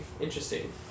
Interesting